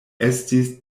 estis